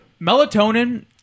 melatonin